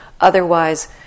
Otherwise